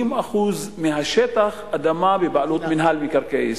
80% מהשטח אדמה בבעלות מינהל מקרקעי ישראל.